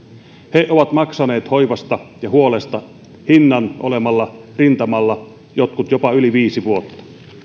he ovat maksaneet hoivasta ja huolesta hinnan olemalla rintamalla jotkut jopa yli viisi vuotta